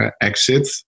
exit